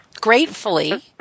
gratefully